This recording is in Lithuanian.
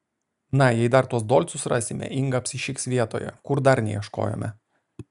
na jei dar tuos dolcus rasime inga apsišiks vietoje kur dar neieškojome